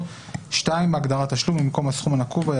הבחירות,"; (2) בהגדרת "תשלום" במקום הסכום הנקוב בה,